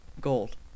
gold